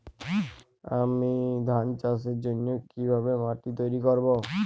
আমি ধান চাষের জন্য কি ভাবে মাটি তৈরী করব?